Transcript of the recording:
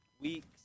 weeks